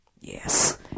Yes